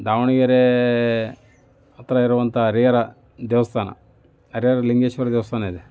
ದಾವಣಗೆರೆ ಹತ್ರ ಇರುವಂಥ ಹರಿಹರ ದೇವಸ್ಥಾನ ಹರಿಹರ ಲಿಂಗೇಶ್ವರ ದೇವಸ್ಥಾನ ಇದೆ